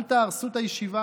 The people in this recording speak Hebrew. אל תהרסו את הישיבה.